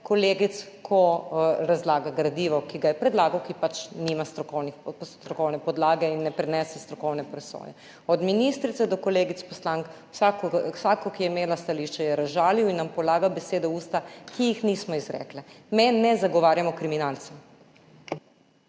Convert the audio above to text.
kolegic, ko razlaga gradivo, ki ga je predlagal, ki pač nima strokovne podlage in ne prenese strokovne presoje. Od ministrice do kolegic poslank, vsako, ki je imela stališče, je razžalil in nam polagal v usta besede, ki jih nismo izrekle. Me ne zagovarjamo kriminalcev.